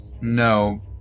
No